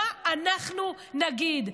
מה אנחנו נגיד?